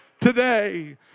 today